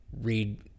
read